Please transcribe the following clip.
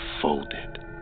folded